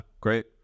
Great